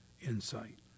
insight